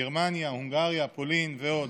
גרמניה, הונגריה, פולין ועוד.